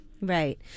Right